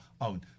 own